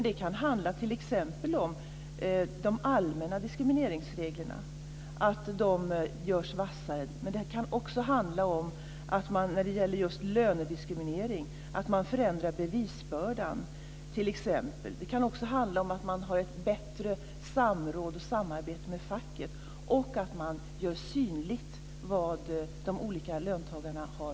Det kan handla t.ex. om att de allmänna diskrimineringsreglerna görs vassare. Men det kan också handla om att man just när det gäller lönediskriminering förändrar bevisbördan t.ex. Vidare kan det handla om att man har ett bättre samråd och samarbete med facket och att man gör synligt vilken lön de olika löntagarna har.